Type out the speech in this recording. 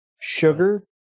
sugar